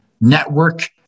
Network